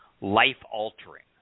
life-altering